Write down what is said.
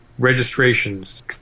registrations